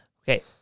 okay